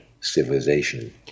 civilization